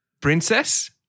Princess